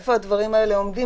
איפה הדברים האלה עומדים?